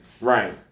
Right